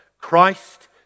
Christ